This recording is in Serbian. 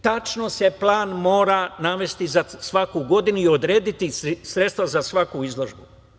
Tačno se plan mora navesti za svaku godinu i odrediti sredstva za svaku izložbu.